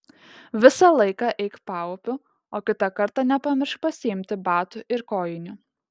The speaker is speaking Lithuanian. visą laiką eik paupiu o kitą kartą nepamiršk pasiimti batų ir kojinių